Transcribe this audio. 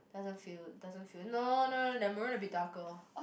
doesn't feel doesn't feel no no no no their maroon a bit darker